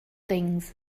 things